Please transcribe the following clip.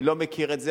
אני לא מכיר את זה.